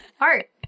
Art